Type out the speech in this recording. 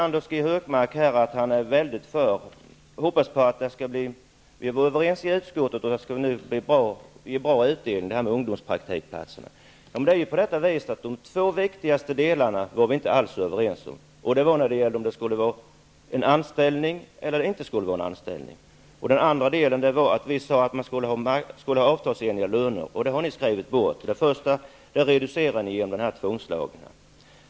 Anders G. Högmark sade att vi är överens i utskottet, och att han hoppades att ungdomspraktikplatserna skall ge bra utdelning. Vi var inte alls överens om de två viktigaste delarna. Det gällde för det första huruvida en ungdomspraktikplats skulle räknas som anställning eller ej, och för det andra gällde det att vi ville att lönerna skulle vara marknadsmässiga. Det förstnämnda reducerade ni genom den här tvångslagen.